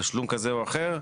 תשלום כזה או אחר.